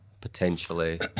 potentially